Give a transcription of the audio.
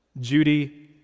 Judy